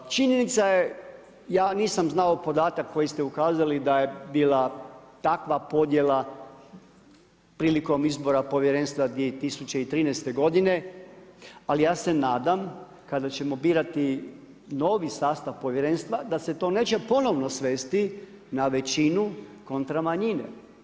Činjenica je, ja nisam znao podatak, koji ste ukazali, da je bila takva podjela, prilikom izbora povjerenstva 2013. g. ali ja se nadam, kada ćemo birati novi sastav povjerenstva, da se to neće ponovno sresti na većinu kontra manjine.